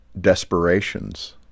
desperations